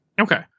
okay